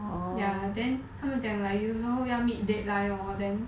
ya then 他们讲 like 有时候要 meet deadline lor then